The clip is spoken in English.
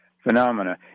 phenomena